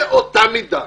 באותה מידה,